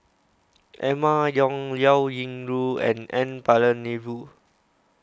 Emma Yong Liao Yingru and N Palanivelu